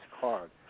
card